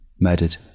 murdered